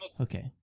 Okay